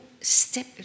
step